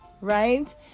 Right